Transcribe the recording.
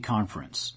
Conference